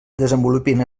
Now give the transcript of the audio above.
desenvolupin